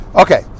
Okay